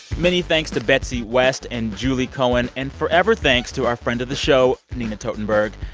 many thanks to betsy west and julie cohen. and forever thanks to our friend of the show, nina totenberg.